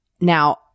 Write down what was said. Now